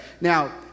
Now